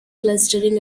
clustering